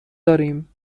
داریم